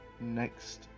next